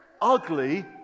ugly